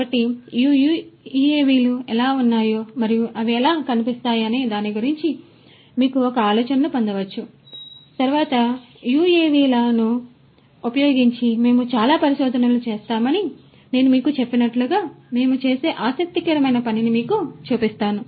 కాబట్టి ఈ యుఎవిలు ఎలా ఉన్నాయో మరియు అవి ఎలా కనిపిస్తాయనే దాని గురించి మీరు ఒక ఆలోచనను పొందవచ్చు మరియు తరువాత యుఎవిలను ఉపయోగించి మేము చాలా పరిశోధనలు చేస్తామని నేను మీకు చెప్పినట్లుగా మేము చేసే ఆసక్తికరమైన పనిని మీకు చూపిస్తాను